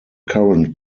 current